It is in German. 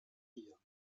hier